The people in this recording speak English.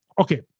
Okay